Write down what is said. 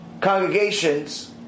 congregations